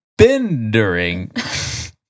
bendering